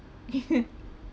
yeah